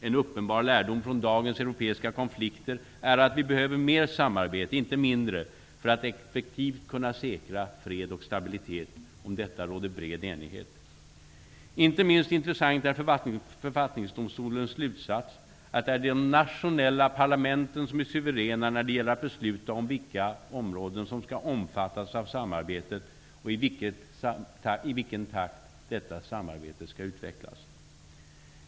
En uppenbar lärdom från dagens europeiska konflikter är att vi behöver mer samarbete, inte mindre, för att effektivt kunna säkra fred och stabilitet. Om detta råder bred enighet. Inte minst intressant är Författningsdomstolens slutsats att det är de nationella parlamenten som är suveräna när det gäller att besluta om viktiga områden som skall omfattas av samarbetet och i vilken takt detta samarbete skall utvecklas.